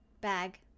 Bag